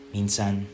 Minsan